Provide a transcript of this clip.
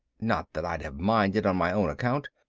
not that i'd have minded on my own account.